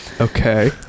okay